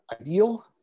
ideal